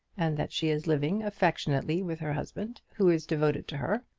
and that she is living affectionately with her husband, who is devoted to her.